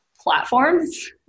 platforms